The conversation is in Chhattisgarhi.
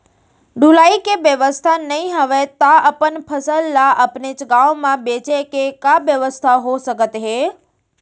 ढुलाई के बेवस्था नई हवय ता अपन फसल ला अपनेच गांव मा बेचे के का बेवस्था हो सकत हे?